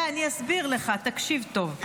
אני אסביר לך, תקשיב טוב.